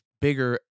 bigger